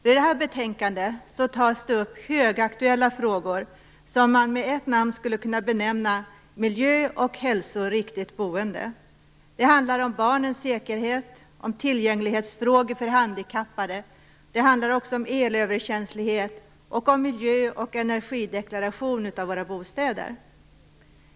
I det här betänkandet tas det upp högaktuella frågor som man med ett namn skulle kunna benämna Miljö och hälsoriktigt boende. Det handlar om barnens säkerhet och om tillgänglighetsfrågor för handikappade. Det handlar också om elöverkänslighet och om miljö och energideklaration av våra bostäder.